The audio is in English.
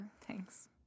Thanks